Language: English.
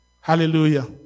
hallelujah